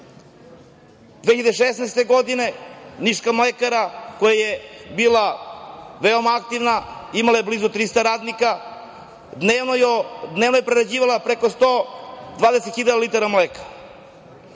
2016. „Niška mlekara“, koja je bila veoma aktivna, imala je blizu 300 radnika, dnevno je prerađivala preko 120 hiljada litara mleka.